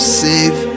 safe